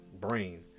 brain